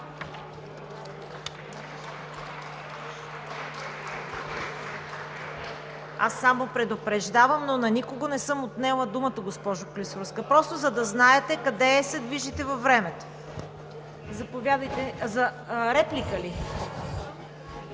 Аз само предупреждавам, но на никого не съм отнела думата, госпожо Клисурска – просто за да знаете къде се движите във времето. Има ли реплики?